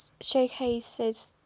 showcases